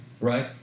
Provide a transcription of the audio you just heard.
right